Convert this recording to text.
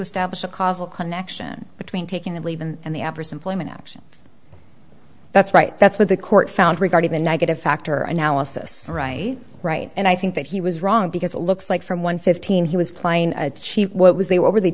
establish a causal connection between taking the leave and the obvious employment action that's right that's what the court found regarding the negative factor analysis right right and i think that he was wrong because it looks like from one fifteen he was playing achieve what was they were the